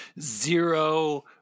Zero